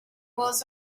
was